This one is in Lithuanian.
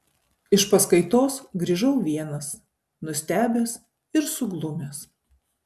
iš paskaitos grįžau vienas nustebęs ir suglumęs